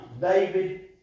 David